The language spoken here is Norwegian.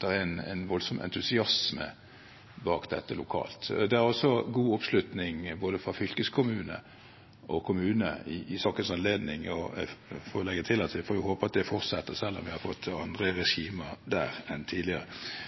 det er en voldsom entusiasme bak dette lokalt. Det er også god oppslutning fra både fylkeskommuner og kommuner i sakens anledning, og jeg får legge til at vi får håpe at det fortsetter, selv om vi har fått andre regimer der enn tidligere.